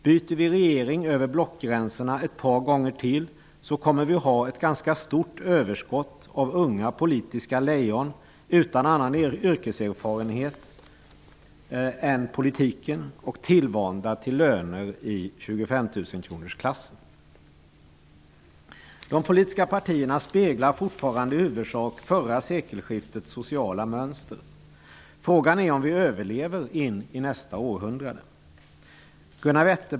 Byter vi regering över blockgränserna ytterligare ett par gånger så kommer vi att få ett ganska stort överskott av unga politiska lejon utan annan yrkeserfarenhet än från politiken och tillvanda till löner i 25 000 De politiska partierna speglar fortfarande i huvudsak förra sekelskiftets sociala mönster. Frågan är om vi överlever in i nästa århundrade.